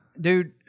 dude